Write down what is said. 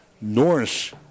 Norris